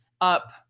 up